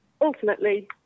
ultimately